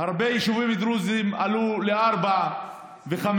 הרבה יישובים דרוזיים עלו ל-4 ו-5.